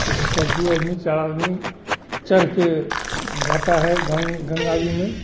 तो उस पर दो आदमी चार आदमी चढ़के जाता है गंगा जी में